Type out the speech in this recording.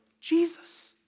Jesus